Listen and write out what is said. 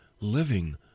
living